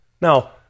Now